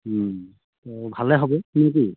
ভালে হ'ব নে কি